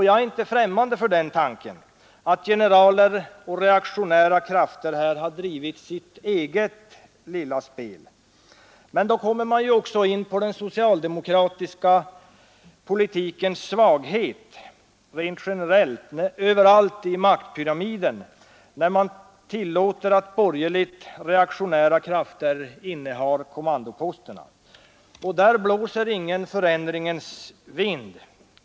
Jag är inte främmande för tanken att generaler och reaktionära krafter drivit sitt eget lilla spel. Men då kommer man också in på den socialdemokratiska politikens svaghet rent generellt och överallt i maktpyramiden: man tillåter att borgerligt reaktionära krafter innehar kommandoposterna. Där blåser ingen förändringens vind.